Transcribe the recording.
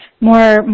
more